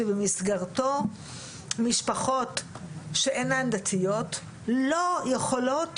שבמסגרתו משפחות שאינן דתיות לא יכולות